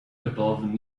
above